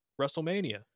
WrestleMania